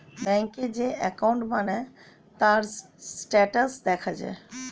ব্যাংকে যেই অ্যাকাউন্ট বানায়, তার স্ট্যাটাস দেখা যায়